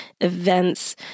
events